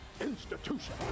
institution